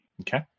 Okay